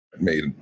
made